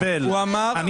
כך.